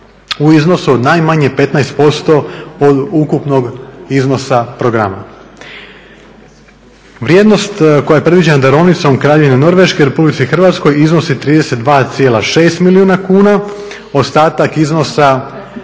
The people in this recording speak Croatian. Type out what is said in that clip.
u iznosu od najmanje 15% od ukupnog iznosa programa. Vrijednost koja je predviđena darovnicom Kraljevine Norveške Republici Hrvatskoj iznosi 32,6 milijuna kuna, ostatak iznosa